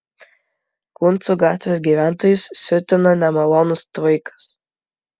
kuncų gatvės gyventojus siutina nemalonus tvaikas